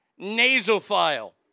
nasophile